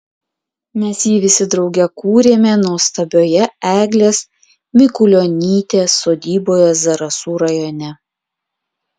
mes jį visi drauge kūrėme nuostabioje eglės mikulionytės sodyboje zarasų rajone